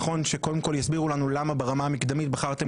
נכון שקודם כל יסבירו לנו למה ברמה המקדמית בחרתם